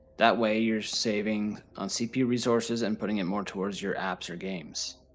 that way you're saving on cpu resources and putting it more towards your apps or games.